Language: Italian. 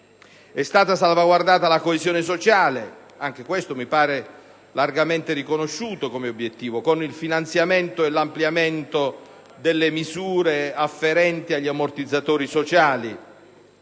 È stata salvaguardata la coesione sociale - ed anche quest'obiettivo mi pare largamente riconosciuto - con il finanziamento e l'ampliamento delle misure afferenti agli ammortizzatori sociali,